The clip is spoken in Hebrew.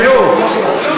תראו,